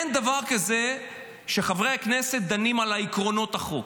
אין דבר כזה שחברי הכנסת דנים על עקרונות החוק.